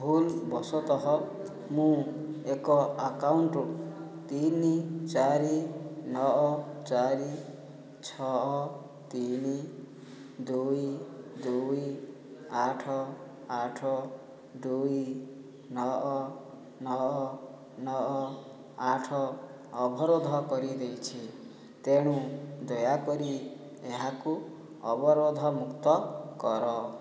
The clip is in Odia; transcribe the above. ଭୁଲବଶତଃ ମୁଁ ଏକ ଆକାଉଣ୍ଟ ତିନି ଚାରି ନଅ ଚାରି ଛଅ ତିନି ଦୁଇ ଦୁଇ ଆଠ ଆଠ ଦୁଇ ନଅ ନଅ ନଅ ଆଠ ଅବରୋଧ କରିଦେଇଛି ତେଣୁ ଦୟାକରି ଏହାକୁ ଅବରୋଧମୁକ୍ତ କର